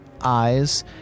eyes